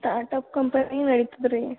start up company ನಡೀತದೆ ರೀ